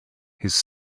his